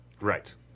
right